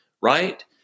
right